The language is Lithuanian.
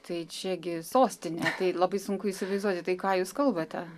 tai čiagi sostinė tai labai sunku įsivaizduoti tai ką jūs kalbate